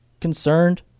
concerned